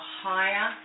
higher